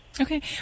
Okay